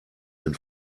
den